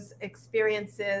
experiences